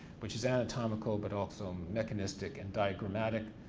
which is anatomical but also mechanistic and diagramatic,